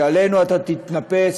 שעלינו אתה תתנפץ,